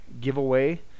giveaway